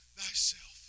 thyself